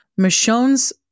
Michonne's